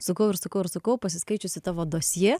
sukau ir sukau ir sukau pasiskaičiusi tavo dosjė